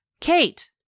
Kate